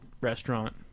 restaurant